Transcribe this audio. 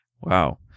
Wow